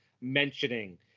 mentioning